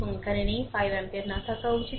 এটি সেখানে নেই 5 অ্যাম্পিয়ার না থাকা উচিত